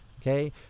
okay